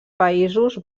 països